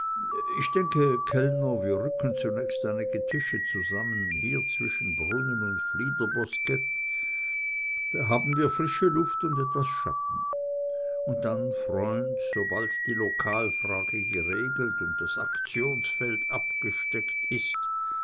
ich denke kellner wir rücken zunächst einige tische zusammen hier zwischen brunnen und fliederbosquet da haben wir frische luft und etwas schatten und dann freund sobald die lokalfrage geregelt und das aktionsfeld abgesteckt ist